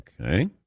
Okay